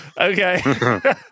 okay